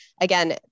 again